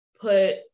put